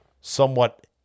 somewhat